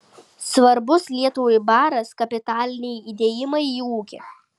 svarbus lietuvai baras kapitaliniai įdėjimai į ūkį